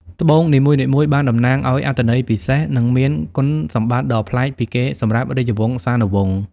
ត្បូងនីមួយៗបានតំណាងឱ្យអត្ថន័យពិសេស និងមានគុណសម្បត្តិដ៏ប្លែកពីគេសម្រាប់រាជវង្សានុវង្ស។